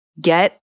get